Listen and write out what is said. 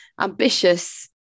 ambitious